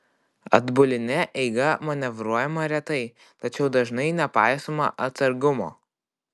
atbuline eiga manevruojama retai tačiau dažnai nepaisoma atsargumo